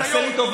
בוסו,